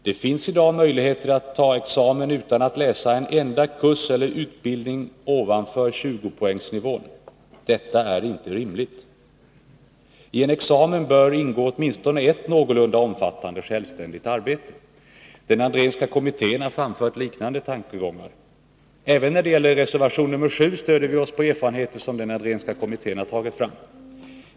Det finns i dag möjligheter att ta examen utan att läsa en enda kurs eller utbildning ovanför 20-poängsnivån. Detta är inte rimligt. I en examen bör ingå åtminstone ett någorlunda omfattande självständigt arbete. Den Andrénska kommittén har framfört liknande tankegångar. Även när det gäller reservation nr 7 stöder vi oss på erfarenheter som den Andrénska kommittén har tagit fram.